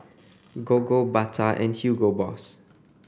Gogo Bata and Hugo Boss